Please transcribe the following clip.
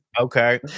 Okay